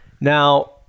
Now